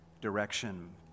direction